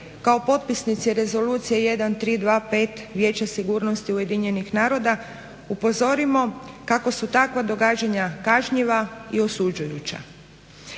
kao potpisnici Rezolucije 1325 Vijeća sigurnosti UN-a upozorimo kako su takva događanja kažnjiva i osuđujuća.